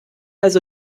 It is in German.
also